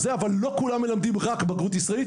וכאמור לא כולם מלמדים רק לבגרות ישראלית,